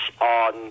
on